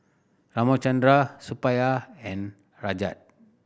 Ramchundra Suppiah and Rajat